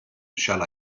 shall